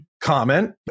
comment